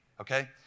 okay